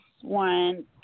one